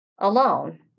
alone